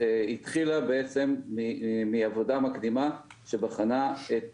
התחילה בעצם מעבודה מקדימה שבחנה את